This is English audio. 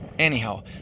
Anyhow